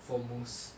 for most